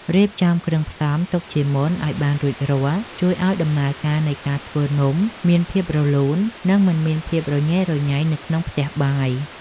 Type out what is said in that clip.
រៀបចំគ្រឿងផ្សំទុកជាមុនឱ្យបានរួចរាល់ជួយឱ្យដំណើរការនៃការធ្វើនំមានភាពរលូន និង មិនមានភាពរញ៉េរញ៉ៃនៅក្នុងផ្ទះបាយ។